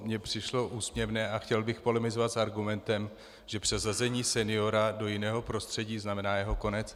Mně přišlo úsměvné a chtěl bych polemizovat s argumentem, že přesazení seniora do jiného prostředí znamená jeho konec.